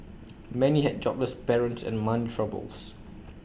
many had jobless parents and mum troubles